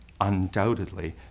Undoubtedly